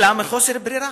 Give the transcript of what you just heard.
אלא מחוסר ברירה,